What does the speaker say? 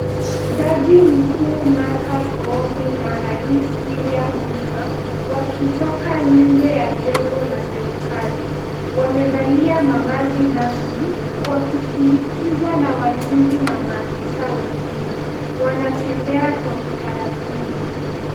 Jaji mkuu Martha Koome na Rais William Ruto, wakitoka nje ya jengo la serikali. Wamevalia mavazi rasmi, wakisindikizwa na walinzi na maafisa wengine. Wanatembea kwa utaratibu.